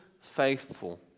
faithful